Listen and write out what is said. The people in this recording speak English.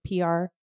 PR